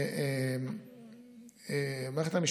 במערכת המשפט,